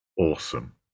awesome